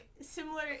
similar